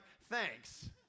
thanks